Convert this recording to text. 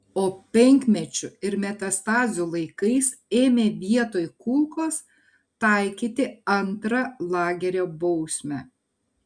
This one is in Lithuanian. o penkmečių ir metastazių laikais ėmė vietoj kulkos taikyti antrą lagerio bausmę